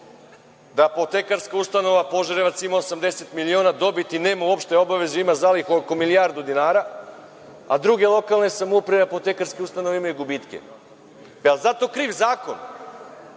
da apotekarska ustanova Požarevac ima 80 miliona dobiti, nema uopšte obavezu, ima zalihu oko milijardu dinara, a druge lokalne samouprave i apotekarske ustanove imaju gubitke? Da li je zato